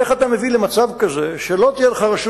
איך אתה מביא למצב כזה שלא תהיה לך רשות